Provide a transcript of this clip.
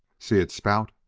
see it spout?